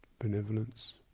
benevolence